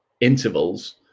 intervals